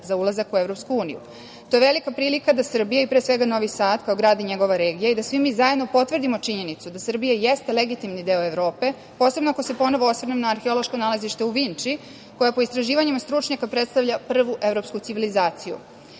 za ulazak u EU.To je velika prilika da Srbija, i pre svega Novi Sad, kao grad i njegova regija, i da svi mi zajedno potvrdimo činjenicu da Srbija jeste legitimni deo Evrope, posebno ako se ponovo osvrnem na arheološko nalazište u Vinči, koje po istraživanjima stručnjaka predstavlja prvu evropsku civilizaciju.